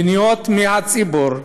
פניות מהציבור,